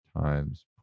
times